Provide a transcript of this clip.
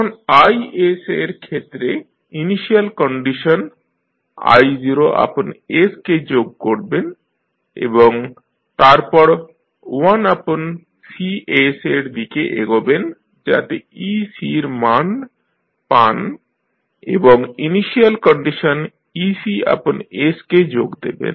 এখন I এর ক্ষেত্রে ইনিশিয়াল কন্ডিশন is কে যোগ করবেন এবং তারপর 1Cs এর দিকে এগোবেন যাতে ec র মান পান এবং ইনিশিয়াল কন্ডিশন ecs কে যোগ দেবেন